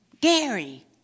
Gary